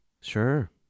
Sure